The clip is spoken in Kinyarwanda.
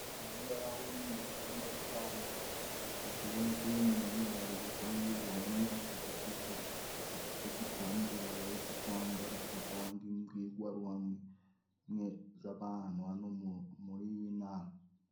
Ahangaha ho ni mu nama rusange. Kuko ubonako uyu muntu ari gutanga ubuhamya ku giti ce. Ari kuvuga ibyamubayeho cangwa se ari gutanga imbwirwaruhame aziha abantu muri iyi nama.